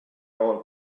all